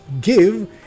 give